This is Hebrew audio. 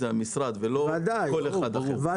זה המשרד ולא כל אחד אחר.